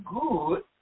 good